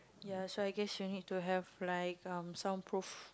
ya so I guess you need to have like um sound proof